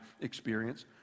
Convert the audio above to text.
experience